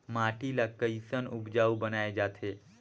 माटी ला कैसन उपजाऊ बनाय जाथे?